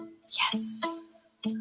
yes